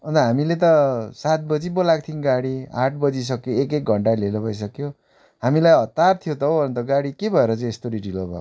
अन्त हामीले त सात बजी बोलाएको थियौँ गाडी आठ बजी सक्यो एक एक घन्टा ढिलो भइसक्यो हामीलाई हतार थियो त हौ अन्त गाडी के भएर चाहिँ यसरी ढिलो भएको